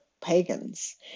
pagans